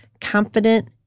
Confident